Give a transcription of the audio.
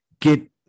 get